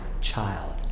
child